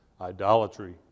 idolatry